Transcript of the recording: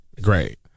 Great